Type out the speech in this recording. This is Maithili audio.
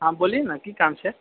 अहाँ बोलीऔ ने की काम छै